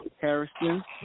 Harrison